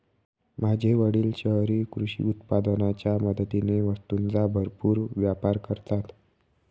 माझे वडील शहरी कृषी उत्पादनाच्या मदतीने वस्तूंचा भरपूर व्यापार करतात